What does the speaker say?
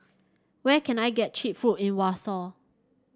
where can I get cheap food in Warsaw